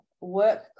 work